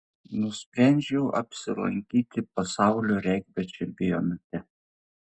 nusprendžiau apsilankyti pasaulio regbio čempionate